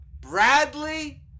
Bradley